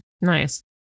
Nice